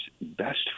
best